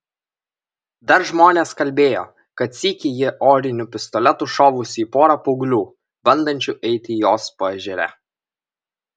dar žmonės kalbėjo kad sykį ji oriniu pistoletu šovusi į porą paauglių bandančių eiti jos paežere